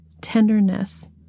tenderness